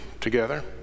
Together